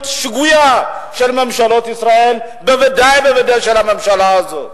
שגויה של ממשלות ישראל ובוודאי ובוודאי של הממשלה הזאת.